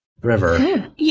river